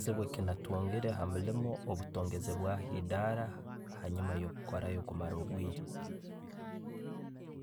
Ekiziibu kyenatungire ha'muliiimu obutayongezebwaho eidaara hanjuma yo'kukorayo okumara obwiire.